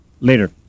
Later